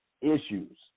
issues